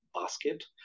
basket